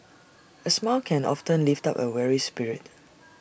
A smile can often lift up A weary spirit